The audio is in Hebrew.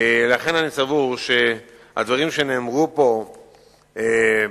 לכן אני סבור שהדברים שנאמרו פה בגין